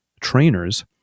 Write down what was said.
trainers